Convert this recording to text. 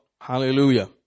Hallelujah